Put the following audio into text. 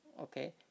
Okay